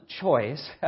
choice